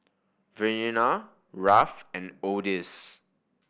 Verena Rafe and Odis